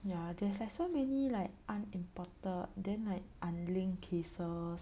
ya there's like so many like unimported then like unlinked cases